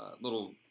little